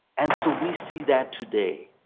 and so we see that today.